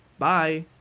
bye!